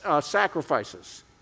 sacrifices